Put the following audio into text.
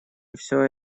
все